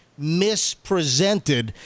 mispresented